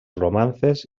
romances